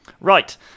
Right